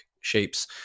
shapes